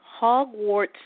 Hogwarts